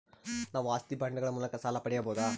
ನಾವು ಆಸ್ತಿ ಬಾಂಡುಗಳ ಮೂಲಕ ಸಾಲ ಪಡೆಯಬಹುದಾ?